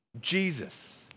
Jesus